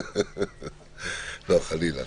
לא, חלילה.